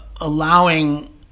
allowing